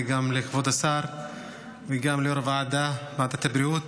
וגם לכבוד השר וגם ליו"ר ועדת הבריאות,